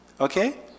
Okay